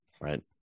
Right